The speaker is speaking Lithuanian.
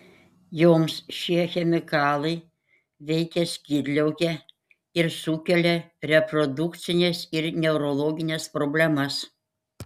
joms šie chemikalai veikia skydliaukę ir sukelia reprodukcines ir neurologines problemas